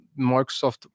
microsoft